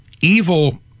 Evil